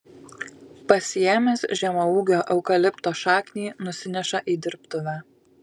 pasiėmęs žemaūgio eukalipto šaknį nusineša į dirbtuvę